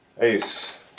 Ace